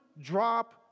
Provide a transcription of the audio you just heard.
drop